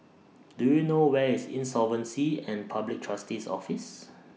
Do YOU know Where IS Insolvency and Public Trustee's Office